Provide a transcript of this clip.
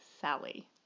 Sally